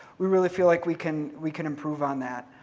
we really feel like we can we can improve on that.